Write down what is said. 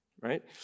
Right